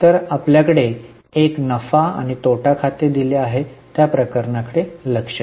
तर आमच्याकडे एक नफा आणि तोटा खाते दिले गेले आहे त्या प्रकरणाकडे लक्ष द्या